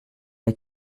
les